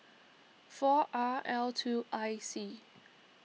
four R L two I C